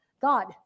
God